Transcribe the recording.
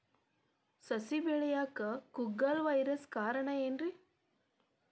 ಸಸಿ ಬೆಳೆಯಾಕ ಕುಗ್ಗಳ ವೈರಸ್ ಕಾರಣ ಏನ್ರಿ?